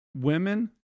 women